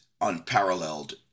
unparalleled